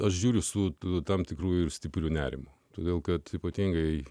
aš žiūriu su tam tikrųjų ir stipriu nerimu todėl kad ypatingai